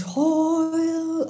toil